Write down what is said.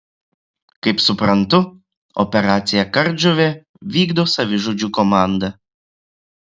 kaip suprantu operaciją kardžuvė vykdo savižudžių komanda